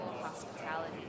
hospitality